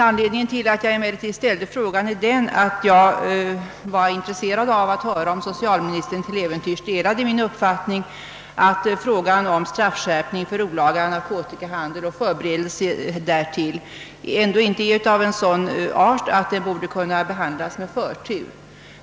Anledningen till att jag ställde frågan var emellertid den att jag var intresserad av att höra om socialministern till äventyrs delade min uppfattning, huruvida inte frågan om straffskärpning för olaga narkotikahandel och förberedelse därtill ändå är av sådan art, att den borde kunna behandlas med förtur.